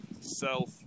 self